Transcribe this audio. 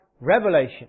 revelation